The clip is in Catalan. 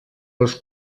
les